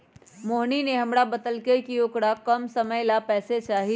मोहिनी ने हमरा बतल कई कि औकरा कम समय ला पैसे चहि